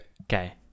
Okay